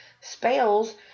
spells